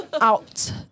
out